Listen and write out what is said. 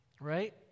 right